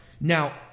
Now